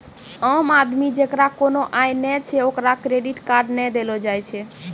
आम आदमी जेकरा कोनो आय नै छै ओकरा क्रेडिट कार्ड नै देलो जाय छै